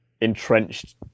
entrenched